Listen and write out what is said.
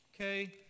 okay